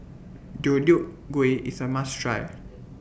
Deodeok Gui IS A must Try